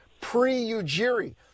pre-Ujiri